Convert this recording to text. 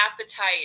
appetite